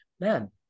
man